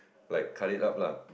like cut it up lah